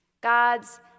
God's